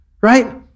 Right